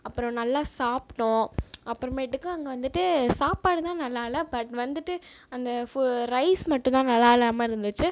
அப்புறம் நல்லா சாப்பிட்டோம் அப்புறமேட்டுக்கு அங்கே வந்துட்டு சாப்பாடு தான் நல்லா இல்லை பட் வந்துட்டு அந்த ஃபு ரைஸ் மட்டும் தான் நல்லா இல்லாமல் இருந்துச்சு